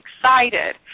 excited